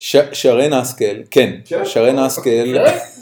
שרן אסכל, כן, שרן אסכל.